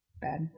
bad